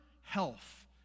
health